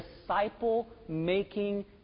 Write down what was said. disciple-making